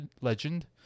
legend